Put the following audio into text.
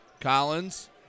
Collins